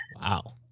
Wow